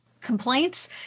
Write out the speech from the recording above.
complaints